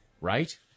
right